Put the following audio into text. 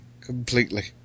completely